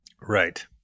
Right